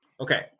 Okay